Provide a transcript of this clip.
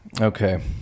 Okay